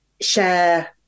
share